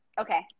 okay